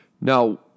Now